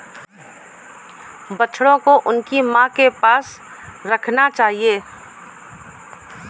बछड़ों को उनकी मां के पास रखना चाहिए